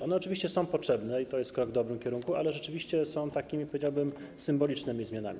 One oczywiście są potrzebne i to jest krok w dobrym kierunku, ale rzeczywiście są takimi, powiedziałbym, symbolicznymi zmianami.